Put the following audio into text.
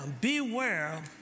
beware